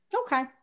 Okay